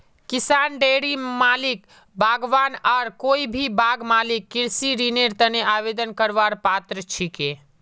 किसान, डेयरी मालिक, बागवान आर कोई भी बाग मालिक कृषि ऋनेर तने आवेदन करवार पात्र छिके